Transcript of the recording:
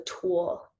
tool